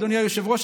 אדוני היושב-ראש,